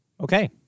Okay